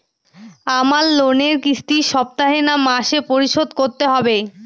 আমার লোনের কিস্তি সপ্তাহে না মাসে পরিশোধ করতে হবে?